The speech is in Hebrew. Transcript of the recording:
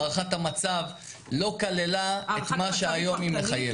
הערכת המצב לא כללה את מה שהיום היא מחייבת.